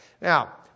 Now